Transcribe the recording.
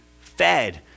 fed